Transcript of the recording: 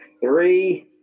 three